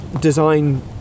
design